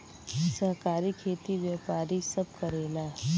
सहकारी खेती व्यापारी सब करेला